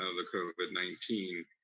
ah the covid nineteen,